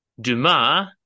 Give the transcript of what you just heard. Dumas